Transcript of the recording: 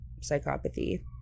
psychopathy